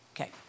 Okay